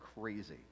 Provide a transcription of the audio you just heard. crazy